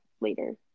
later